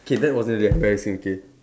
okay that wasn't really embarrassing okay